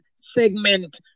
segment